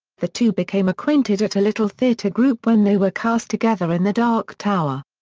the two became acquainted at a little theater group when they were cast together in the dark tower.